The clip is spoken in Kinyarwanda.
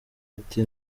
ati